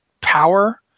power